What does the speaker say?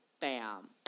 Bam